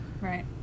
right